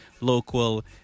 local